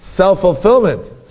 self-fulfillment